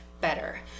better